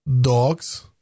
dogs